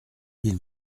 ils